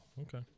Okay